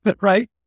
right